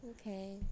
Okay